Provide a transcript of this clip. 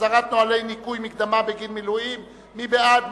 הסדרת נוהלי ניכוי מקדמה בגין מילואים) מי בעד?